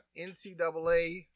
NCAA